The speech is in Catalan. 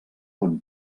bon